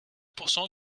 pourcent